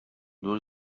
dues